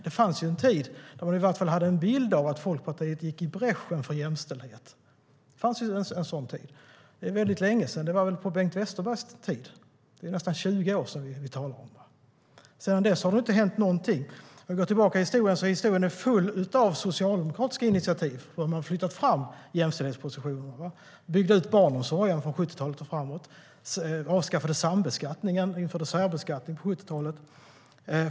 Det fanns nämligen en tid då man i alla fall hade en bild av att Folkpartiet gick i bräschen för jämställdhet. Det fanns ju en sådan tid, även om det är länge sedan - det var väl på Bengt Westerbergs tid. Det är nästan 20 år sedan. Sedan dess har det inte hänt någonting. Om vi går tillbaka i historien är den full av socialdemokratiska initiativ. Vi flyttade fram jämställdhetspositionerna. Vi byggde ut barnomsorgen från 70-talet och framåt. Vi avskaffade sambeskattningen och införde särbeskattning på 70-talet.